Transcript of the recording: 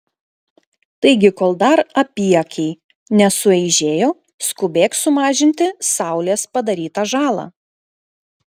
taigi kol dar apyakiai nesueižėjo skubėk sumažinti saulės padarytą žalą